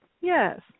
Yes